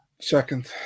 Second